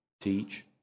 teach